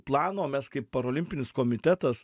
plano mes kaip parolimpinis komitetas